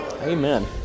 Amen